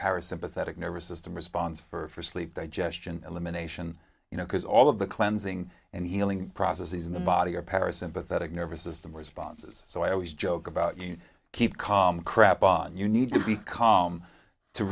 parasympathetic nervous system response for sleep digestion elimination you know because all of the cleansing and healing process is in the body or parasympathetic nervous system responses so i always joke about you keep calm crap on you need to be calm to